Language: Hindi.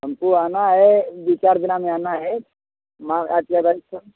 हमको आना है दो चार दिन में आना है